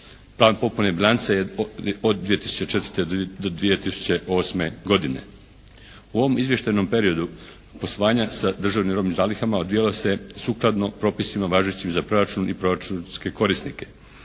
Plan popune bilance je od 2004. do 2008. godine. U ovom izvještajnom periodu poslovanja sa državnim robnim zalihama odvijala se sukladno propisima važećim za proračun i proračunske korisnike,